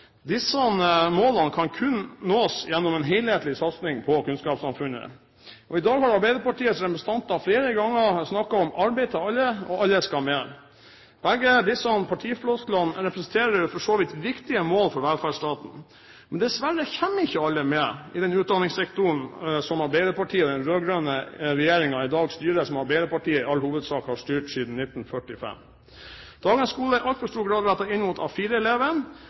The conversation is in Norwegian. Disse målene kan kun nås gjennom en helhetlig satsing på kunnskapssamfunnet. I dag har Arbeiderpartiets representanter flere ganger snakket om arbeid til alle og alle skal med. Begge partiflosklene representerer for så vidt viktige mål for velferdsstaten. Men dessverre kommer ikke alle med i den utdanningssektoren som Arbeiderpartiet og den rød-grønne regjeringen i dag styrer, og som Arbeiderpartiet i all hovedsak har styrt siden 1945. Dagens skole er i altfor stor grad rettet inn mot